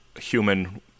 human